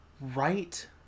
Right